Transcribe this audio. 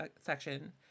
section